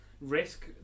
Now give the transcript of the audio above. risk